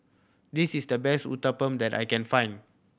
this is the best Uthapam that I can find